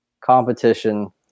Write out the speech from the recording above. competition